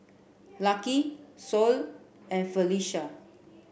Lucky Sol and Felisha